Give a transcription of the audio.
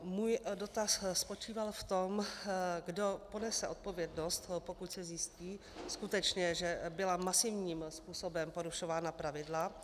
Můj dotaz spočíval v tom, kdo ponese odpovědnost, pokud se skutečně zjistí, že byla masivním způsobem porušována pravidla.